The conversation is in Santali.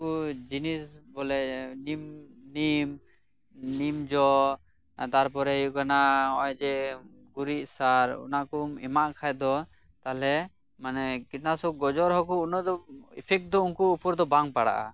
ᱠᱩ ᱡᱤᱱᱤᱥ ᱵᱚᱞᱮ ᱱᱤᱢ ᱱᱤᱢ ᱱᱤᱢ ᱡᱳ ᱛᱟᱨᱯᱚᱨᱮ ᱦᱩᱭᱩᱜ ᱠᱟᱱᱟ ᱱᱚᱜᱚᱭ ᱡᱮ ᱜᱩᱨᱤᱡ ᱥᱟᱨ ᱚᱱᱟᱠᱩᱢ ᱮᱢᱟᱜ ᱠᱷᱟᱡ ᱫᱚ ᱛᱟᱦᱚᱞᱮ ᱢᱟᱱᱮ ᱠᱤᱴᱱᱟᱥᱚᱠ ᱜᱚᱡᱚᱜ ᱨᱮᱦᱚᱸ ᱠᱩ ᱩᱱᱟᱹᱜ ᱮᱯᱷᱮᱠᱴ ᱫᱚ ᱩᱱᱠᱩ ᱩᱯᱟᱹᱨ ᱨᱮᱫᱚ ᱵᱟᱝ ᱯᱟᱲᱟᱜᱼᱟ